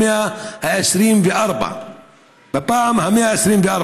בפעם ה-124?